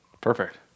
Perfect